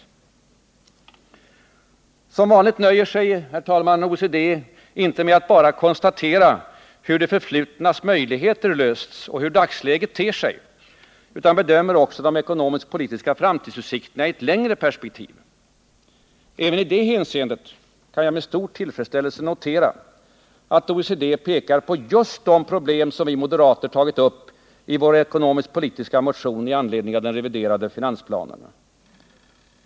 Herr talman! Som vanligt nöjer sig inte OECD med att bara konstatera hur det förflutnas svårigheter lösts och hur dagsläget ter sig, utan man bedömer också de ekonomisk-politiska framtidsutsikterna i ett längre perspektiv. Även i det hänseendet kan jag med stor tillfredsställelse notera, att OECD pekar på just de problem som vi moderater tagit upp i vår ekonomisk-politiska motion i anledning av den reviderade finansplanen.